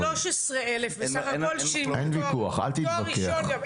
אין ויכוח אל תתווכח.